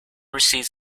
receives